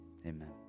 Amen